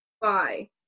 bye